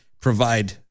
provide